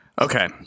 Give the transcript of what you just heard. Okay